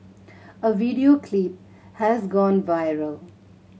a video clip has gone viral